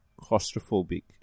claustrophobic